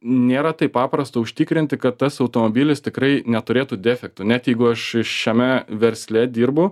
nėra taip paprasta užtikrinti kad tas automobilis tikrai neturėtų defektų net jeigu aš šiame versle dirbu